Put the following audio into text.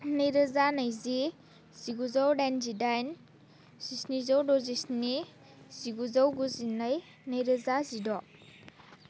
नैरोजा नैजि जिगुजौ दाइनजिदाइन जिस्निजौ द'जिस्नि जिगुजौ गुजिनै नैरोजा जिद'